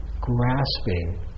grasping